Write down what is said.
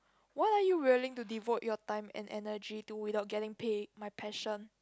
what are you willing to devote your time and energy to without getting paid my passion